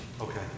Okay